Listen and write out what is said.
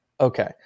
Okay